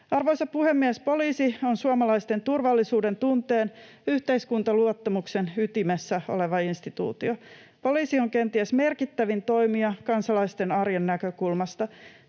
Arvoisa puhemies! Poliisi on suomalaisten turvallisuuden tunteen ja yhteiskuntaluottamuksen ytimessä oleva instituutio. Poliisi on kenties merkittävin toimija kansalaisten arjen näkökulmasta.